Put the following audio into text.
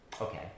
Okay